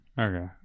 Okay